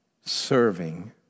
serving